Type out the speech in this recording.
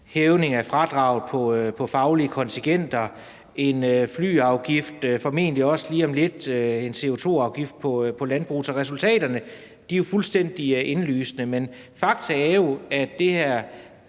hævning af fradraget på faglige kontingenter, en flyafgift og formentlig også lige om lidt en CO2-afgift på landbruget. Så resultaterne er jo fuldstændig indlysende. Men fakta er, at det her